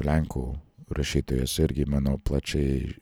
lenkų rašytojas irgi manau plačiai